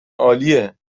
عالیه